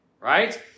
Right